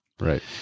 right